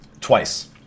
Twice